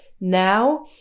now